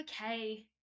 okay